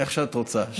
איך שאת רוצה.